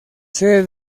sede